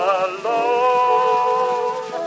alone